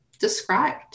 described